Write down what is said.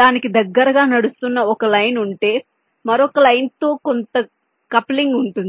దానికి దగ్గరగా నడుస్తున్న ఒక లైన్ ఉంటే మరొక లైన్ లో కొంత కప్లింగ్ ఉంటుంది